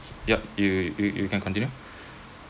yup you you you can continue